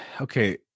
okay